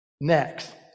Next